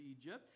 Egypt